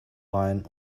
rein